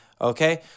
okay